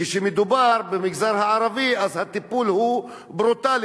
כשמדובר במגזר הערבי אז הטיפול הוא ברוטלי,